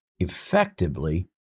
Effectively